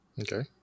Okay